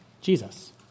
Jesus